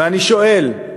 ואני שואל,